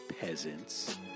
peasants